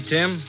Tim